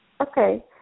Okay